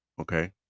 okay